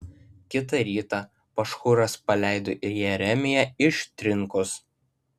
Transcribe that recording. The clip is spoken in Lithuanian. kitą rytą pašhūras paleido jeremiją iš trinkos